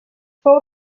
fou